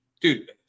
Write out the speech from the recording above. dude